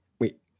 Wait